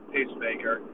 pacemaker